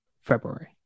February